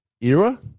Era